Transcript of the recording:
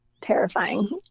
terrifying